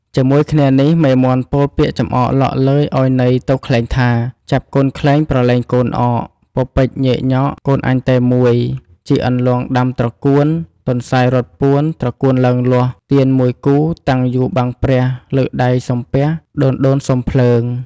ជាមួយគ្នានេះមេមាន់ពោលពាក្យចំអកឡកឡើយឱ្យន័យទៅខ្លែងថា «ចាប់កូនខ្លែងប្រឡែងកូនអក ពពេចញ៉ែកញ៉កកូនអញតែមួយ ជីកអន្លង់ដាំត្រកួន ទន្សាយរត់ពួន ត្រកួនឡើងលាស់ ទៀន១គូតាំងយូបាំងព្រះ លើកដៃសំពះ ដូនៗសុំភ្លើង» ។